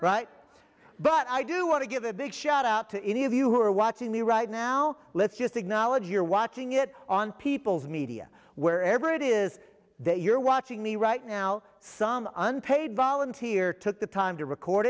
right but i do want to give a big shout out to any of you who are watching me right now let's just acknowledge you're watching it on people's media wherever it is that you're watching me right now some unpaid volunteer took the time to record